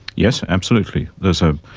yes, absolutely. there is ah